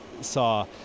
saw